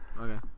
Okay